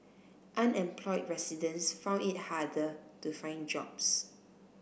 unemployed residents found it harder to find jobs